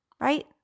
Right